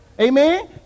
Amen